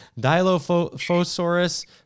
Dilophosaurus